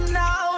now